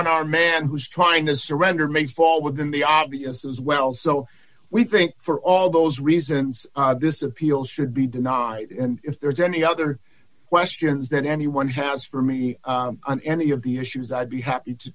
unarmed man who's trying to surrender may fall within the obvious as well so we think for all those reasons this appeal should be denied and if there's any other questions that anyone has for me on any of the issues i'd be happy to